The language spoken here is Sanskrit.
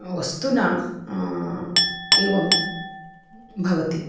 वस्तूना एवं भवति